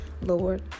Lord